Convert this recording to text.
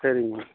சரிங்க மேடம்